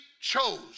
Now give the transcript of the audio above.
chose